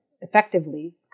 effectively